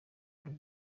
rwa